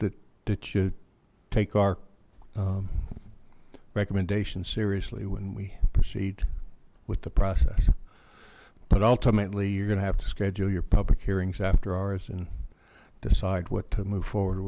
that that you take our recommendation seriously when we proceed with the process but ultimately you're gonna have to schedule your public hearings after hours and decide what to move forward